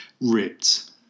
Ripped